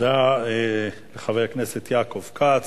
תודה לחבר הכנסת יעקב כץ.